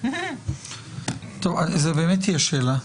זו באמת תהיה שאלה.